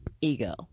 Ego